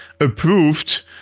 approved